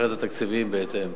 לשחרר את התקציבים בהתאם.